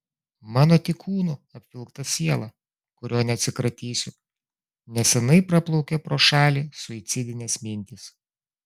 mano tik kūnu apvilkta siela kurio neatsikratysiu nes seniai praplaukė pro šalį suicidinės mintys